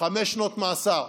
חמש שנות מאסר.